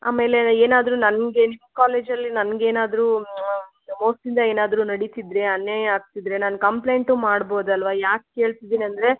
ಆಮೇಲೇ ಏನಾದರೂ ನನಗೆ ನಿಮ್ಮ ಕಾಲೇಜ್ ಅಲ್ಲಿ ನನ್ಗೆ ಏನಾದರೂ ಮೋಸದಿಂದ ಏನಾದರೂ ನಡಿತಿದ್ದರೆ ಅನ್ಯಾಯ ಆಗ್ತಿದ್ದರೆ ನಾನು ಕಂಪ್ಲೇಂಟು ಮಾಡ್ಬೋದಲ್ಲವಾ ಯಾಕೆ ಕೇಳ್ತಿದಿನಂದರೆ